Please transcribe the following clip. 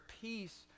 peace